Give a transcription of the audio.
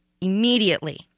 immediately